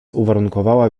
uwarunkowała